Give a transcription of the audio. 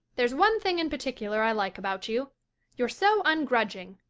there's one thing in particular i like about you you're so ungrudging.